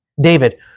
David